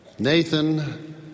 Nathan